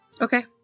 Okay